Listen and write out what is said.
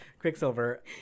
quicksilver